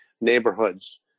neighborhoods